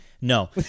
no